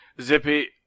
Zippy